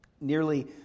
Nearly